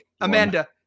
Amanda